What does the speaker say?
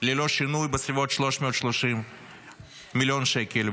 ללא שינוי, בסביבות 330 מיליון שקל.